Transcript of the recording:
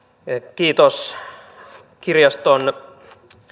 kiitos kirjaston